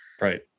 Right